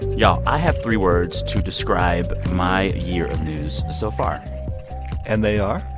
y'all, i have three words to describe my year of news so far and they are?